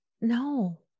No